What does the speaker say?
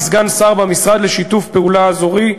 לסגן שר במשרד לשיתוף פעולה אזורי,